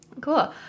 cool